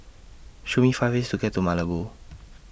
Show Me five ways to get to Malabo